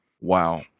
Wow